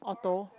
auto